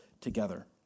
together